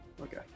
Okay